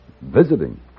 visiting